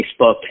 Facebook